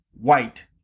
white